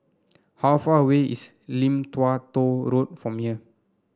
how far away is Lim Tua Tow Road from here